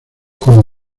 como